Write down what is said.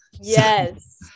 Yes